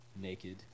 naked